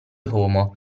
homo